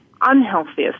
unhealthiest